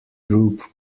group